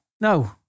no